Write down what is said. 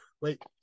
wait